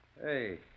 Hey